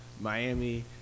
Miami